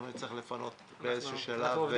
אנחנו נצטרך לפנות באיזשהו שלב.